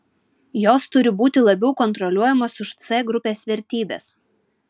jos turi būti labiau kontroliuojamos už c grupės vertybes